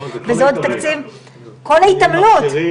לכל ההתעמלות,